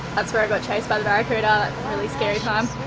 that's where i got chased by the barracuda. really scary time.